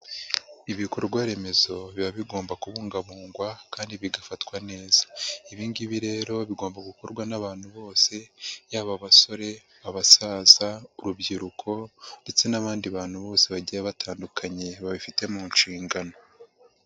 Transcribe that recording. Ibikorwa remezo biba bigomba kubungabungwa kandi bigafatwa neza. Ibi ngibi rero bigomba gukorwa n'abantu bose, yaba: abasore, abasaza, urubyiruko ndetse n'abandi bantu bose bagiye batandukanye, babifite mu nshingano.